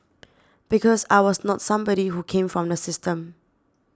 because I was not somebody who came from the system